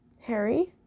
Harry